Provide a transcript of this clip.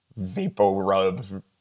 VapoRub